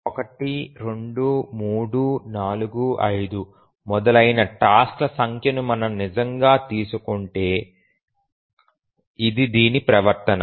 1 2 3 4 5 మొదలైన టాస్క్ ల సంఖ్యను మనం నిజంగా తీసుకుంటే ఇది దీని ప్రవర్తన